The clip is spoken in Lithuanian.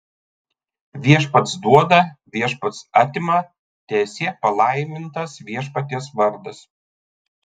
viešpats duoda viešpats atima teesie palaimintas viešpaties vardas